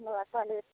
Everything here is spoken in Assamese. ল'ৰা ছোৱালী